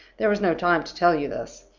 there was no time to tell you this.